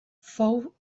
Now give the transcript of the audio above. fou